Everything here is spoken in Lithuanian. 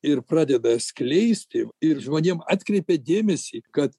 ir pradeda skleisti ir žmonėm atkreipiat dėmesį kad